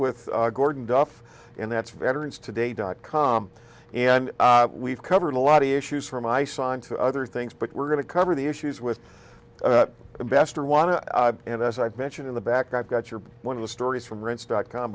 with gordon duff and that's veterans today dot com and we've covered a lot of issues from ice on to other things but we're going to cover the issues with the best and as i've mentioned in the back i've got your one of the stories from rense dot com